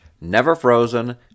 never-frozen